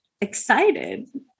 excited